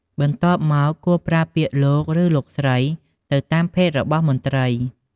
បន្ទាប់មក គួរប្រើពាក្យ " លោក" ឬ " លោកស្រី" ទៅតាមភេទរបស់មន្ត្រី។